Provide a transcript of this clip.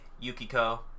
yukiko